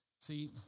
See